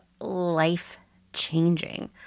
life-changing